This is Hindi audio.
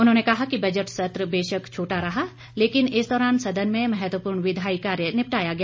उन्होंने कहा कि बजट सत्र बेशक छोटा रहा लेकिन इस दौरान सदन में महत्वपूर्ण विधायी कार्य निपटाया गया